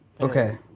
Okay